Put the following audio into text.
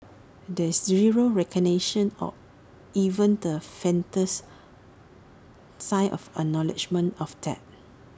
there's zero recognition or even the faintest sign of acknowledgement of that